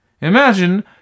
Imagine